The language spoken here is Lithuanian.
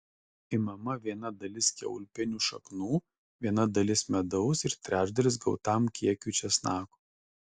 imama viena dalis kiaulpienių šaknų viena dalis medaus ir trečdalis gautam kiekiui česnako